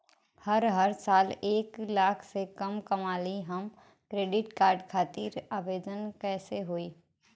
हम हर साल एक लाख से कम कमाली हम क्रेडिट कार्ड खातिर आवेदन कैसे होइ?